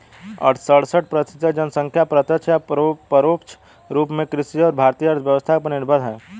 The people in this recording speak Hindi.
सड़सठ प्रतिसत जनसंख्या प्रत्यक्ष या परोक्ष रूप में कृषि और भारतीय अर्थव्यवस्था पर निर्भर है